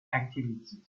activist